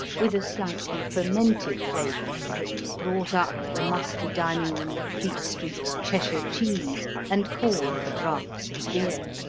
with a slightly fermented flavor that brought up the musty dining room of fleet street's cheshire cheese and called for draughts of beer.